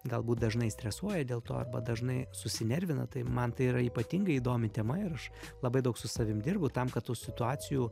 galbūt dažnai stresuoja dėl to arba dažnai susinervina tai man tai yra ypatingai įdomi tema ir aš labai daug su savim dirbu tam kad tų situacijų